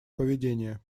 поведение